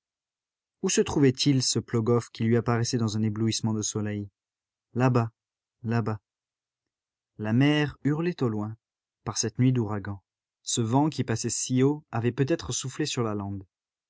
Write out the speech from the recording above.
où se trouvait-il ce plogof qui lui apparaissait dans un éblouissement de soleil là-bas là-bas la mer hurlait au loin par cette nuit d'ouragan ce vent qui passait si haut avait peut-être soufflé sur la lande